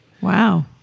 Wow